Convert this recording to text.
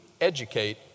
educate